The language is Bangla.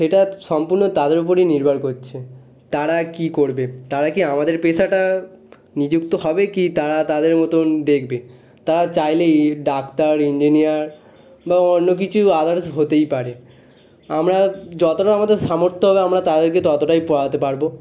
সেটা সম্পূর্ণ তাদের উপরই নির্ভর করছে তারা কী করবে তারা কি আমাদের পেশাটায় নিযুক্ত হবে কি তারা তাদের মতন দেখবে তারা চাইলেই ডাক্তার ইঞ্জিনিয়ার বা অন্য কিছু আদার্স হতেই পারে আমরা যতটা আমাদের সামর্থ্য হবে আমরা তাদেরকে ততটাই পড়াতে পারব